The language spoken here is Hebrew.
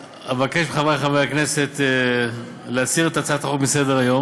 אבקש מחברי חברי הכנסת להסיר את הצעת החוק מסדר-היום,